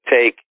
take